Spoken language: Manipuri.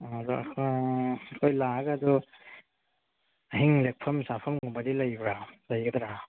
ꯎꯝ ꯑꯗꯣ ꯑꯩꯈꯣꯏ ꯂꯥꯛꯑꯒꯁꯨ ꯑꯍꯤꯡ ꯂꯦꯛꯐꯝ ꯆꯥꯐꯝꯒꯨꯝꯕꯗꯤ ꯂꯩꯕ꯭ꯔꯥ ꯂꯩꯒꯗ꯭ꯔꯥ